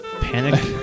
panic